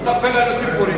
מספר לנו סיפורים.